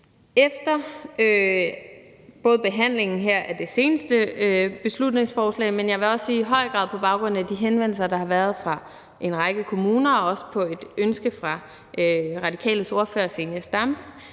både behandlingen her af det seneste beslutningsforslag, men jeg vil også sige i høj grad på baggrund af de henvendelser, der har været fra en række kommuner – og også ud fra et ønske fra Radikales ordfører Zenia Stampe